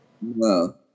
No